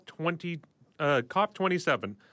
COP27